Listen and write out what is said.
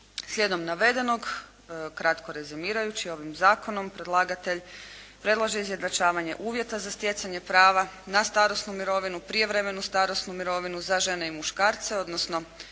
Slijedom navedenog kratko rezimirajući ovim zakonom predlagatelj predlaže izjednačavanje uvjeta za stjecanje prava na starosnu mirovinu, prijevremenu starosnu mirovinu za žene i muškarce odnosno